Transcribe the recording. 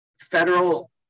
federal